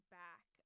back